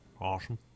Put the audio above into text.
Awesome